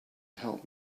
help